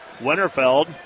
Winterfeld